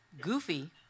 goofy